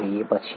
જોઇયે પછી